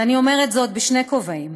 ואני אומרת זאת בשני כובעים: